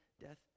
death